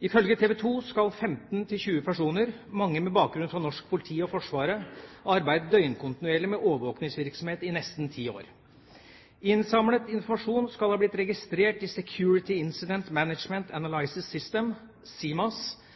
Ifølge TV 2 skal 15–20 personer, mange med bakgrunn fra norsk politi og Forsvaret, ha arbeidet døgnkontinuerlig med overvåkingsvirksomhet i nesten ti år. Innsamlet informasjon skal ha blitt registrert i Security Incident Management